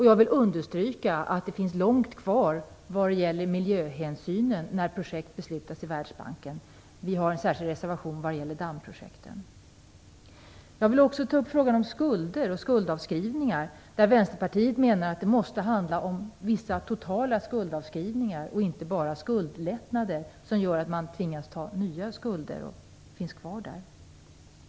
Jag vill understryka att det är långt kvar när det gäller miljöhänsynen när projekt beslutas i Världsbanken. Vi från Vänsterpartiet har en särskild reservation om dammprojekten. Vänsterpartiet att det måste handla om vissa totala skuldavskrivningar och inte bara skuldlättnader som gör att man tvingas att ta nya lån, för då finns ju skulderna kvar.